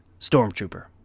stormtrooper